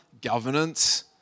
governance